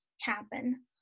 happen